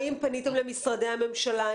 האם פניתם למשרדי הממשלה?